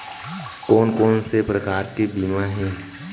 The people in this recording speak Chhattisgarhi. कोन कोन से प्रकार के बीमा हे?